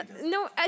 no